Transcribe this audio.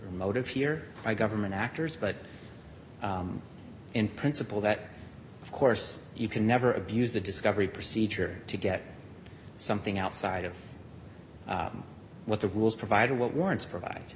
motive here by government actors but in principle that of course you can never abuse the discovery procedure to get something outside of what the rules provide what warrants provide